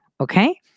okay